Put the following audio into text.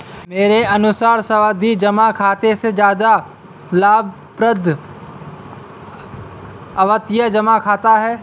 मेरे अनुसार सावधि जमा खाते से ज्यादा लाभप्रद आवर्ती जमा खाता है